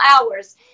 hours